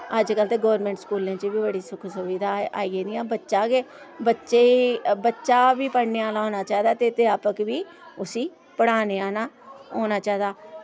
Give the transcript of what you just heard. अज्जकल ते गोरमैंट स्कूलें च बी बड़ी सुख सुविधा आई गेदियां बच्चा गै बच्चे बच्चा बी पढ़ने आह्ला होना चाहिदा ते अध्यापक वि उसी पढ़ाने आह्ला होना चाहिदा